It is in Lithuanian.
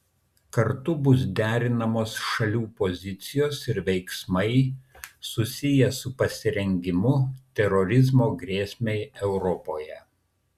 kartu bus derinamos šalių pozicijos ir veiksmai susiję su pasirengimu terorizmo grėsmei europoje